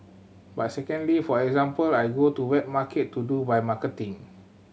but secondly for example I go to wet market to do my marketing